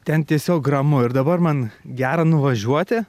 ten tiesiog ramu ir dabar man gera nuvažiuoti